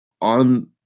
on